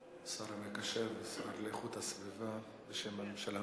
השר המקשר והשר להגנת הסביבה, בשם הממשלה.